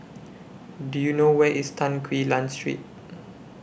Do YOU know Where IS Tan Quee Lan Street